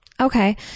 Okay